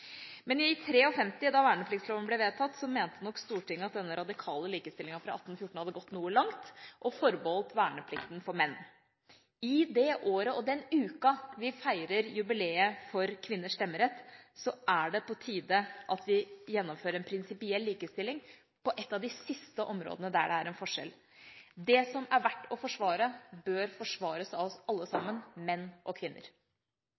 Men i 1953, da vernepliktsloven ble vedtatt, mente nok Stortinget at denne radikale likestillingen fra 1814 hadde gått noe langt, og forbeholdt verneplikten for menn. I det året og den uka vi feirer jubileet for kvinners stemmerett, er det på tide at vi gjennomfører en prinsipiell likestilling på ett av de siste områdene der det er en forskjell. Det som er verdt å forsvare, bør forsvares av oss alle sammen, menn og kvinner.